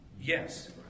Yes